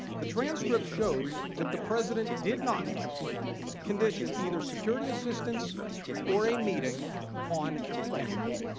the transcript shows that the president did not condition either security assistance or a meeting on anything.